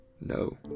No